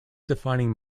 defining